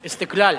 "איסתיקלאל".